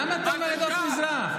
למה אתה מדבר על עדות המזרח?